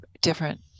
different